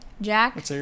Jack